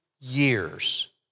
years